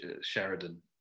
Sheridan